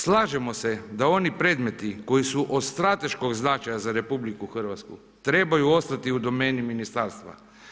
Slažemo se da oni predmeti, koji su od strateškog značaja za RH, trebaju ostati u domeni ministarstva.